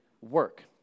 work